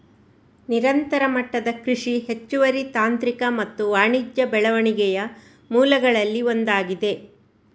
ನಿರಂತರ ಮಟ್ಟದ ಕೃಷಿ ಹೆಚ್ಚುವರಿ ತಾಂತ್ರಿಕ ಮತ್ತು ವಾಣಿಜ್ಯ ಬೆಳವಣಿಗೆಯ ಮೂಲಗಳಲ್ಲಿ ಒಂದಾಗಿದೆ